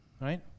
Right